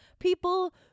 People